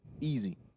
Easy